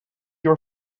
your